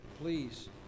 please